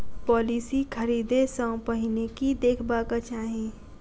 Policy खरीदै सँ पहिने की देखबाक चाहि?